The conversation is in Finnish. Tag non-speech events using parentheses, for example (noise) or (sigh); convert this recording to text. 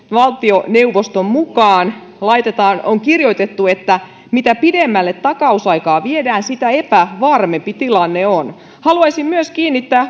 valtioneuvoston itsensäkin mukaan on kirjoitettu että mitä pidemmälle takausaikaa viedään sitä epävarmempi tilanne on haluaisin myös kiinnittää (unintelligible)